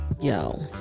Yo